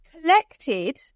Collected